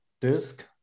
disk